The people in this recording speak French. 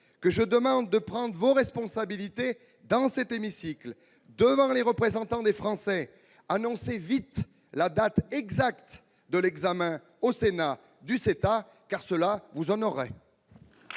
que je demande de prendre vos responsabilités dans cet hémicycle, devant les représentants des Français. Annoncez vite la date exacte de l'examen au Sénat du CETA ! Cela vous honorerait